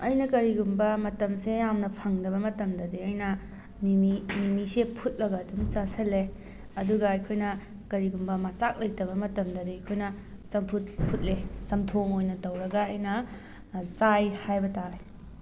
ꯑꯩꯅ ꯀꯔꯤꯒꯨꯝꯕ ꯃꯇꯝꯁꯦ ꯌꯥꯝꯅ ꯐꯪꯗꯕ ꯃꯇꯝꯗꯗꯤ ꯑꯩꯅ ꯃꯤꯃꯤ ꯃꯤꯃꯤꯁꯦ ꯐꯨꯠꯂꯒ ꯑꯗꯨꯝ ꯆꯥꯁꯜꯂꯦ ꯑꯗꯨꯒ ꯑꯩꯈꯣꯏꯅ ꯀꯔꯤꯒꯨꯝꯕ ꯃꯆꯥꯛ ꯂꯩꯇꯕ ꯃꯇꯝꯗꯗꯤ ꯑꯩꯈꯣꯏꯅ ꯆꯝꯐꯨꯠ ꯐꯨꯠꯂꯦ ꯆꯝꯊꯣꯡ ꯑꯣꯏꯅ ꯇꯧꯔꯒ ꯑꯩꯅ ꯆꯥꯏ ꯍꯥꯏꯕ ꯇꯥꯔꯦ